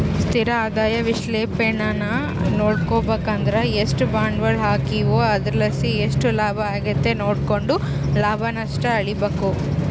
ಸ್ಥಿರ ಆದಾಯ ವಿಶ್ಲೇಷಣೇನಾ ನೋಡುಬಕಂದ್ರ ಎಷ್ಟು ಬಂಡ್ವಾಳ ಹಾಕೀವೋ ಅದರ್ಲಾಸಿ ಎಷ್ಟು ಲಾಭ ಆಗೆತೆ ನೋಡ್ಕೆಂಡು ಲಾಭ ನಷ್ಟ ಅಳಿಬಕು